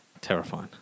Terrifying